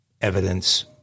evidence